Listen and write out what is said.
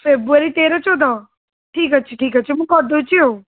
ଫେବୃୟାରୀ ତେର ଚଉଦ ଠିକ୍ ଅଛି ଠିକ୍ ଅଛି ମୁଁ କରି ଦେଉଛି ଆଉ